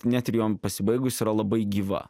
net ir jom pasibaigus yra labai gyva